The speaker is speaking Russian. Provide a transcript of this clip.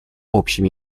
общим